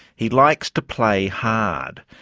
he likes to play hard.